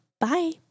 Bye